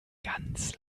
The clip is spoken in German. ganz